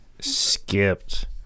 skipped